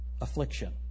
Affliction